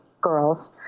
girls